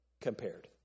compared